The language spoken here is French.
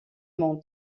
monde